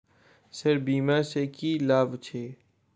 Sir बीमा सँ की लाभ छैय?